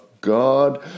God